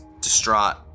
distraught